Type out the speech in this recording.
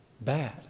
bad